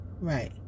Right